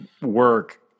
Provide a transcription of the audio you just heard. work